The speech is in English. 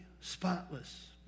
spotless